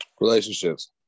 Relationships